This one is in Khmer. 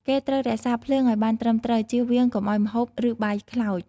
គេត្រូវរក្សាភ្លើងឱ្យបានត្រឹមត្រូវ ជៀសវាងកុំឱ្យម្ហូប ឬ បាយខ្លោច។